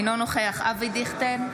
אינו נוכח אבי דיכטר,